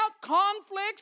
conflicts